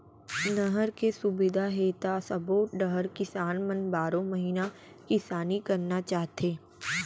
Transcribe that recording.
नहर के सुबिधा हे त सबो डहर किसान मन बारो महिना किसानी करना चाहथे